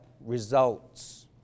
results